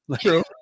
True